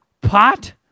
Pot